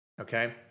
Okay